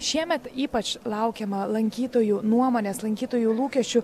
šiemet ypač laukiama lankytojų nuomonės lankytojų lūkesčių